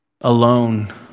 alone